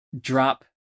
drop